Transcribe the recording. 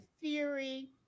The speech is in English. theory